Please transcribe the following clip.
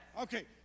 Okay